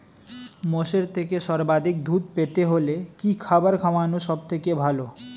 মোষের থেকে সর্বাধিক দুধ পেতে হলে কি খাবার খাওয়ানো সবথেকে ভালো?